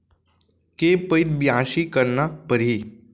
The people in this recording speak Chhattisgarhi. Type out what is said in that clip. के पइत बियासी करना परहि?